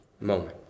moment